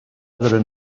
weather